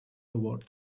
award